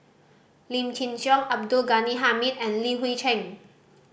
Lim Chin Siong Abdul Ghani Hamid and Li Hui Cheng